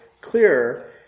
clearer